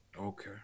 Okay